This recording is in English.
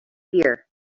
fear